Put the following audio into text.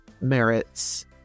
merits